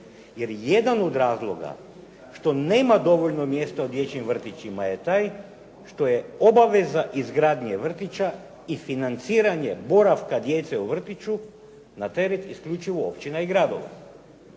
jer jedan od razloga što nema dovoljno mjesta u dječjim vrtićima je taj što je obaveza izgradnje vrtića i financiranje boravka djece u vrtiću na teret isključivo općina i gradova.